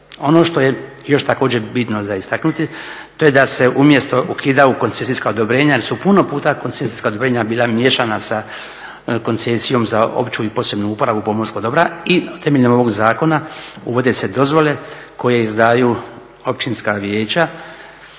Ono što je još također bitno za istaknuti to je da se umjesto ukidanja koncesijska odobrenja jer su puno puta koncesijska odobrenja bila miješana sa koncesijom za opću i posebnu uporabu pomorskog dobra i temeljem ovog zakona uvode se dozvole koje izdaju općinska vijeća